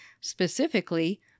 specifically